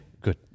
good